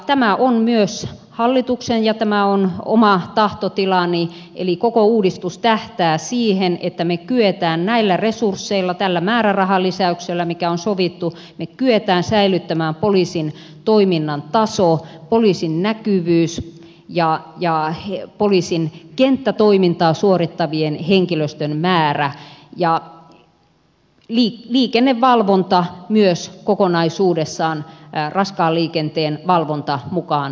tämä on myös hallituksen ja tämä on oma tahtotilani eli koko uudistus tähtää siihen että me kykenemme näillä resursseilla tällä määrärahan lisäyksellä mikä on sovittu säilyttämään poliisin toiminnan tason poliisin näkyvyyden ja poliisin kenttätoimintaa suorittavan henkilöstön määrän liikennevalvonnan myös kokonaisuudessaan raskaan liikenteen valvonta mukaan lukien